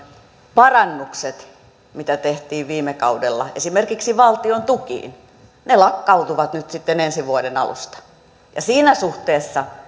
parannukset mitä tehtiin viime kaudella esimerkiksi valtion tuki lakkautuvat nyt sitten ensi vuoden alusta siinä suhteessa